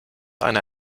einer